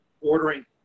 ordering